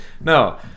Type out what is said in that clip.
No